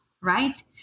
right